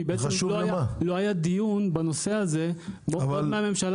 כי לא היה דיון בנושא הזה חוץ מהממשלה